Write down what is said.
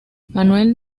manuel